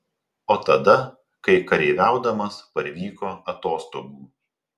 o tada kai kareiviaudamas parvyko atostogų